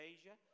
Asia